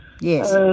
Yes